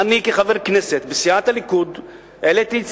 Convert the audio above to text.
אני כחבר כנסת מסיעת הליכוד העליתי את